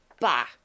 bah